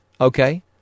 okay